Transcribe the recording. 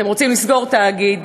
אתם רוצים לסגור תאגיד,